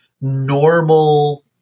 normal